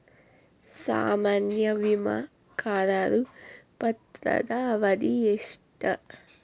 ಸಾಮಾನ್ಯ ವಿಮಾ ಕರಾರು ಪತ್ರದ ಅವಧಿ ಎಷ್ಟ?